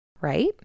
right